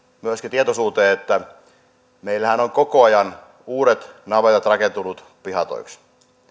tietoisuuteen että meillähän on koko ajan uudet navetat rakennettu pihatoiksi